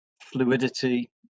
fluidity